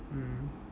mm